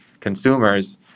consumers